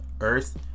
earth